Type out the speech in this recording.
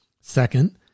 Second